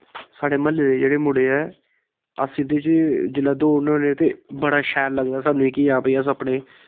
साढ़े म्हल्ले जेह्ड़े मुड़े ऐ अस एह्दे च जेल्लै दौड़ने होन्ने ते बड़ा शैल लगदा सानूं कि आं भाई अस अपने